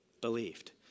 Believed